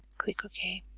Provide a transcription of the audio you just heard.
click ok.